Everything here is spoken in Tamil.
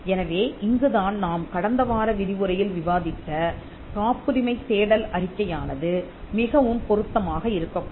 எனவே இங்கு தான் நாம் கடந்த வார விரிவுரையில் விவாதித்த காப்புரிமை தேடல் அறிக்கையானது மிகவும் பொருத்தமாக இருக்கக்கூடும்